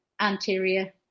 anterior